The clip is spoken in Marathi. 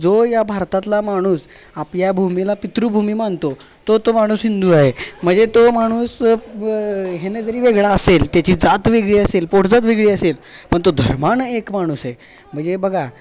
जो या भारतातला माणूस आपल्या भूमीला पितृभूमी मानतो तो तो माणूस हिंदू आहे म्हणजे तो माणूस याने जरी वेगळा असेल त्याची जात वेगळी असेल पोटजात वेगळी असेल पण तो धर्मानं एक माणूस आहे म्हणजे बघा